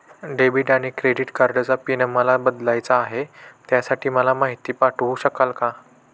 Debit आणि credit कार्डचा PIN मला बदलायचा आहे, त्यासाठी मला माहिती पाठवू शकाल का?